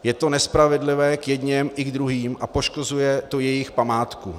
Je to nespravedlivé k jedněm i k druhým a poškozuje to jejich památku.